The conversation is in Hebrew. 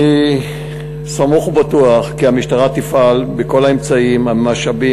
אני סמוך ובטוח כי המשטרה תפעל בכל האמצעים והמשאבים